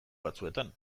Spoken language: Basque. batzuetan